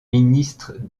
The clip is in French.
ministre